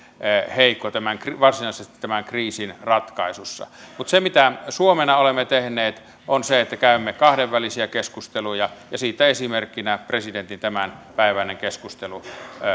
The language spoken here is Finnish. heikko varsinaisesti tämän kriisin ratkaisussa mutta se mitä suomena olemme tehneet on se että käymme kahdenvälisiä keskusteluja ja siitä esimerkkinä presidentin tämänpäiväinen keskustelu